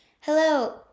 Hello